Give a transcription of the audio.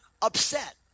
upset